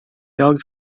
jag